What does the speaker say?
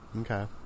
Okay